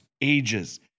ages